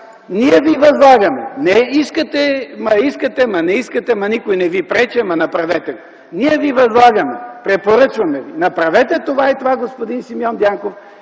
„Ние Ви възлагаме. Не, ама искате – ама не искате, ама никой не ви пречи, ама направете го! Ние Ви възлагаме, препоръчваме Ви – направете това и това, господин Симеон Дянков,